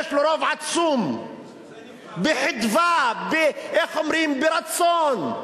יש לו רוב עצום, בחדווה, ברצון.